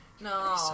No